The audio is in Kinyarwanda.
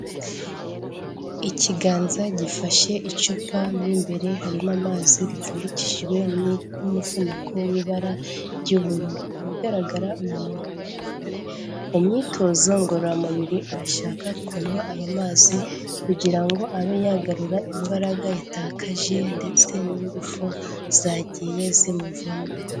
Ikiganza gifashe icupa mo imbere harimo amazi ripfundikishiwe n'umuvuniko w'ibara ry'ubururu ibigaragara uyu muntu avuye mu myitozo ngororamubiri arashaka kunywa ayo mazi kugira ngo abe yagarura imbaraga yatakaje ndetse n'ingufu zagiye zimuvamo.